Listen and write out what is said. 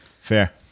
Fair